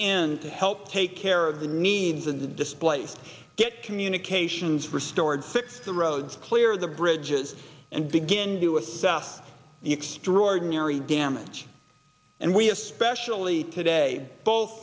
to help take care of the needs of the displaced get communications restored fix the roads clear the bridges and begin to assess the extraordinary damage and we especially today both